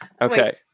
Okay